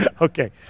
Okay